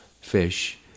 fish